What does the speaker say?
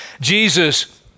Jesus